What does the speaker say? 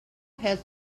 has